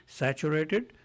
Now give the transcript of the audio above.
saturated